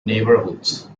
neighborhoods